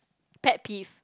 pet peeve